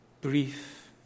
brief